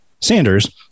Sanders